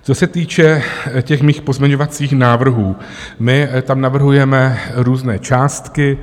Co se týče těch mých pozměňovacích návrhů, my tam navrhujeme různé částky.